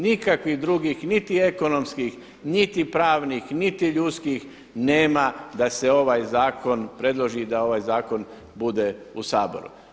Nikakvih drugih, niti ekonomskih niti pravnih niti ljudskih nema da se ovaj zakon predloži, da ovaj zakon bude u Saboru.